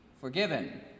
forgiven